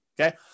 Okay